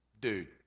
dude